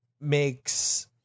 makes